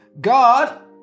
God